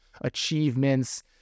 achievements